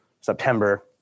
September